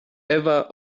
ewa